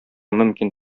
мөмкин